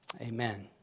amen